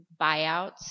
buyouts